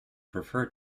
prefer